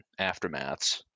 aftermaths